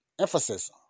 Emphasis